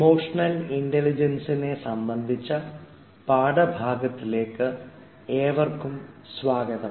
emotional ഇൻറലിജൻസിനെ സംബന്ധിച്ച പാഠഭാഗത്തിലേക്ക് ഏവർക്കും വീണ്ടും സ്വാഗതം